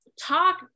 talk